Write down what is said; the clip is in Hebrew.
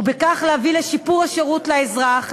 ובכך להביא לשיפור השירות לאזרח,